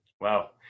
Wow